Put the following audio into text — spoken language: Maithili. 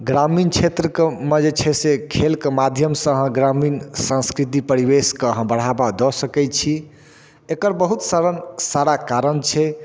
ग्रामीण क्षेत्रके मऽ जे छै से खेलके माध्यमसँ अहाँ ग्रामीण संस्कृति परिवेशके अहाँ बढ़ाबा दऽ सकय छी एकर बहुत सरल सारा कारण छै